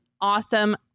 awesome